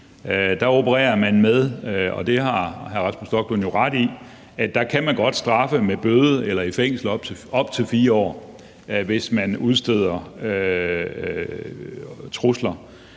man opererer med – og det har hr. Rasmus Stoklund ret i – at man godt kan straffe med bøde eller fængsel i op til 4 år, hvis nogen udsteder trusler.